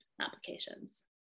applications